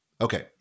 Okay